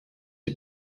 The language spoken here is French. ces